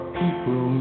people